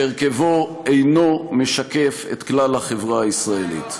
שהרכבו אינו משקף את כלל החברה הישראלית.